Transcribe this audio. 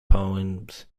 poems